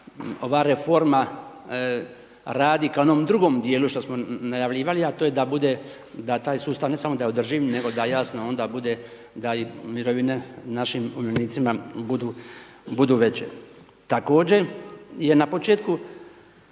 ova reforma radi ka onom drugom dijelu što smo najavljivali, a to je da bude, da taj sustav ne samo da je održiv, nego da jasno onda bude da i mirovine našim umirovljenicima budu veće. Također je na početku,